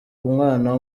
umwana